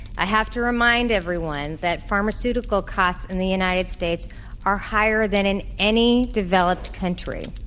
i have to remind everyone that pharmaceutical costs in the united states are higher than in any developed country.